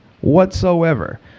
whatsoever